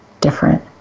different